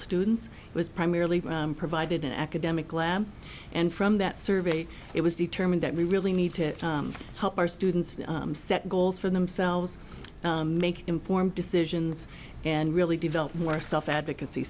students was primarily provided an academic lab and from that survey it was determined that we really need to help our students set goals for themselves make informed decisions and really develop more self advocacy